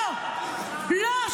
לא, לא.